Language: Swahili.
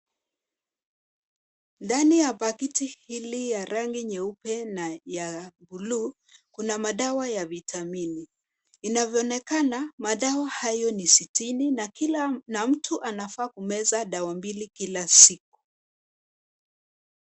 Ndani ya pakiti hili ya rangi nyeupe na ya buluu, kuna madawa ya vitamini. Inavyoonekana, madawa hayo ni sitini, na mtu anafaa kumeza dawa mbili kila siku.